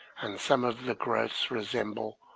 and some of the growths resemble,